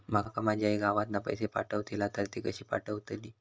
माका माझी आई गावातना पैसे पाठवतीला तर ती कशी पाठवतली?